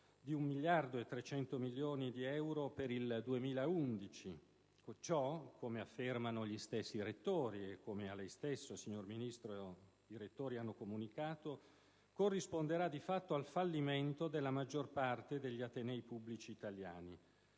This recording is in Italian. un taglio di 1.300 milioni di euro per il 2011: ciò, come affermano gli stessi rettori e come a lei stessa, Ministro, i rettori hanno comunicato, corrisponderà di fatto al fallimento della maggior parte degli atenei pubblici italiani.